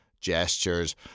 gestures